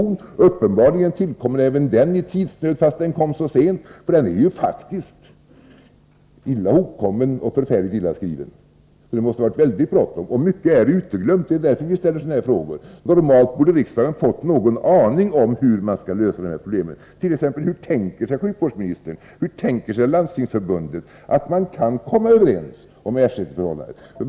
Även den är uppenbarligen tillkommen under tidspress fastän den lades fram så sent, för den är faktiskt illa hopkommen och förfärligt illa skriven. Det måste ha varit väldigt bråttom. Och mycket är uteglömt. Det är därför vi ställer sådana här frågor. Normalt borde riksdagen ha fått någon aning om hur regeringen skall lösa de här problemen, t.ex. om hur sjukvårdsministern och Landstingsförbundet tänker sig att man skall kunna komma överens om ersättningsförhållandet.